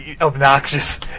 obnoxious